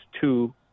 two